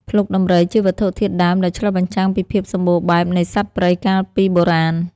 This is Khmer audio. ភ្លុកដំរីជាវត្ថុធាតុដើមដែលឆ្លុះបញ្ចាំងពីភាពសម្បូរបែបនៃសត្វព្រៃកាលពីបុរាណ។